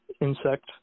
insect